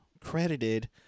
credited